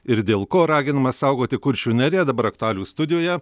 ir dėl ko raginama saugoti kuršių neriją dabar aktualijų studijoje